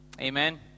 Amen